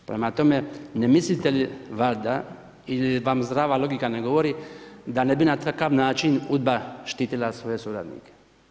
Prema tome, ne mislite li valjda ili vam zdrava logika ne govori, da ne bi na takav način UDBA štitila svoje suradnike.